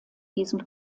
diesem